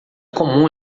comum